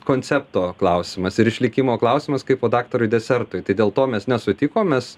koncepto klausimas ir išlikimo klausimas kaipo daktarui desertui tai dėl to mes nesutikom mes